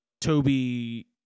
Toby